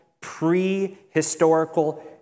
pre-historical